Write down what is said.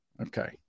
Okay